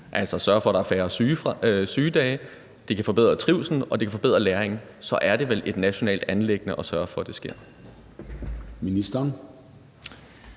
sørge for, at der er færre sygedage, forbedre trivslen, forbedre læringen, er det vel et nationalt anliggende at sørge for, det sker.